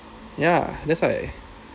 ya that's why